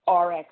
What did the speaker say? RX